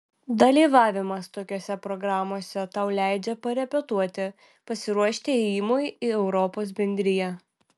dalyvavimas tokiose programose tau leidžia parepetuoti pasiruošti ėjimui į europos bendriją